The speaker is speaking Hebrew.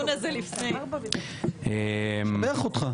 אני משבח אותך.